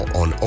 on